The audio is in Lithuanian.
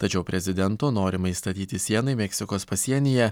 tačiau prezidento norimai statyti sienai meksikos pasienyje